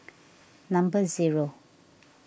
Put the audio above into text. number zero